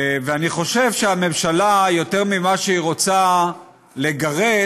ואני חושב שהממשלה, יותר משהיא רוצה לגרש,